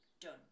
done